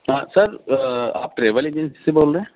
ہاں سر آپ travel agency سے بول رہے ہیں